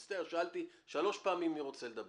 אני מצטער, שאלתי שלוש פעמים מי רוצה לדבר.